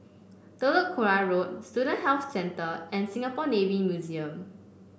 Telok Kurau Road Student Health Centre and Singapore Navy Museum